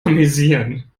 amüsieren